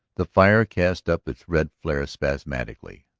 the fire cast up its red flare spasmodically,